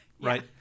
right